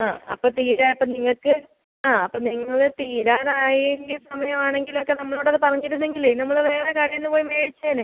ആ അപ്പോൾ തീരെ അപ്പോൾ നിങ്ങൾക്ക് ആ അപ്പം നിങ്ങള് തീരാറായെങ്കിൽ സമയവാണെങ്കിലൊക്കെ നമ്മളോടത് പറഞ്ഞിരുന്നെങ്കിലേ നമ്മള് വേറെ കടയിൽ പോയി മേടിച്ചേനേ